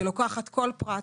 היא לוקחת כל פרט,